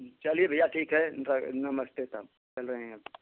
चलिए भईया ठीक है रख नमस्ते तब चल रहें है अब